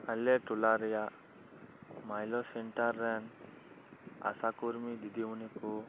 ᱟᱞᱮ ᱴᱚᱞᱟ ᱨᱮᱭᱟᱜ ᱢᱟᱭᱞᱳ ᱥᱮᱱᱴᱟᱨ ᱨᱮᱱ ᱟᱥᱟ ᱠᱩᱨᱢᱤ ᱫᱤᱫᱤᱢᱩᱱᱤ ᱠᱚ